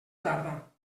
tarda